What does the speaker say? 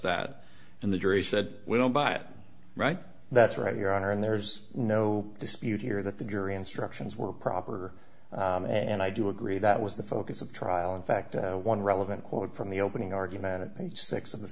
that and the jury said we don't buy it right that's right your honor and there's no dispute here that the jury instructions were proper and i do agree that was the focus of the trial in fact one relevant quote from the opening argument of page six of